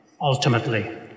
ultimately